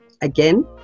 Again